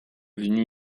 devenue